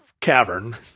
cavern